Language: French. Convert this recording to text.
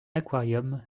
aquarium